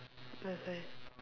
that's why